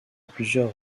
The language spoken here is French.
plusieurs